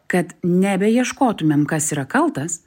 kad nebeieškotumėm kas yra kaltas